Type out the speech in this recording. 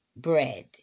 bread